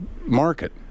market